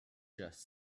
just